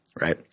right